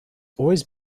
always